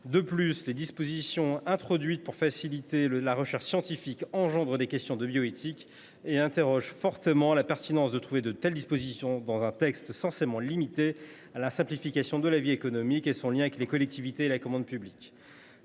De plus, les dispositions introduites pour faciliter la recherche scientifique soulèvent des questions de bioéthique. Nous nous interrogeons par ailleurs sur la présence de telles dispositions dans un texte censé se limiter à la simplification de la vie économique et de son lien avec les collectivités et la commande publique.